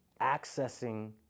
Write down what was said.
accessing